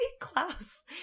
Klaus